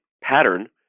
pattern